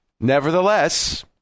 Nevertheless